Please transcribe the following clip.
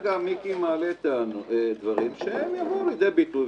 כרגע מיקי מעלה דברים שיבואו לידי ביטוי.